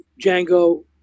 Django